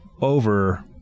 over